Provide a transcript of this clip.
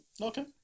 Okay